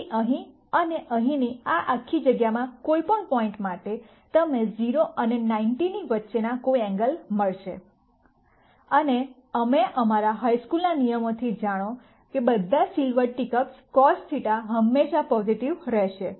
તેથી અહીં અને અહીંની આ આખી જગ્યામાં કોઈ પણ પોઈન્ટ માટે તમે 0 અને 90 ની વચ્ચેના કોઈ એંગલ મળશે અને અમે અમારા હાઇ સ્કૂલના નિયમથી જાણો બધા સિલ્વર ટીકપ્સ cos θ હંમેશા પોઝિટિવ રહેશે